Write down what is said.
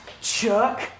chuck